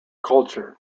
culture